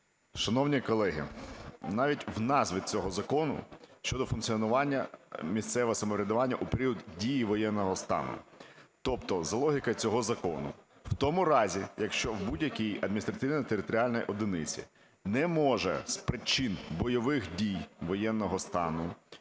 Шановні колеги, навіть в назві цього закону щодо функціонування місцевого самоврядування у період дії воєнного стану... Тобто за логікою цього закону в тому разі, якщо в будь-якій адміністративно-територіальній одиниці не можуть з причин бойових дій, воєнного стану